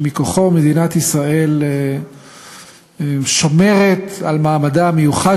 שמכוחו מדינת ישראל שומרת על מעמדה המיוחד